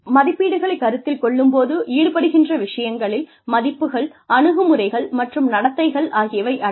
மதிப்பீடுகளைக் கருத்தில் கொள்ளும் போது ஈடுபடுகின்ற விஷயங்களில் மதிப்புகள் அணுகுமுறைகள் மற்றும் நடத்தைகள் ஆகியவையும் அடங்கும்